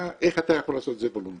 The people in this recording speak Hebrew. איך אתה יכול לעשות את זה וולונטרי?